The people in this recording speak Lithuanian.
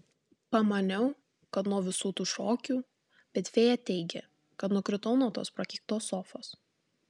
pamaniau kad nuo visų tų šokių bet fėja teigia kad nukritau nuo tos prakeiktos sofos